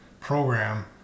program